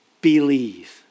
believe